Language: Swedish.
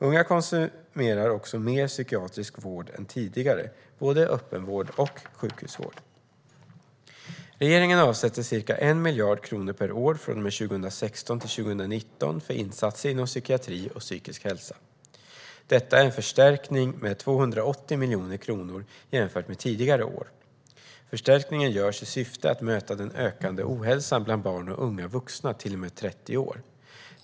Unga använder också mer psykiatrisk vård än tidigare, både öppenvård och sjukhusvård. Regeringen avsätter 2016-2019 ca 1 miljard kronor per år för insatser inom psykiatri och psykisk hälsa. Detta är en förstärkning med 280 miljoner kronor jämfört med tidigare år. Förstärkningen görs i syfte att möta den ökande ohälsan bland barn och unga vuxna till och med 30 år.